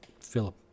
Philip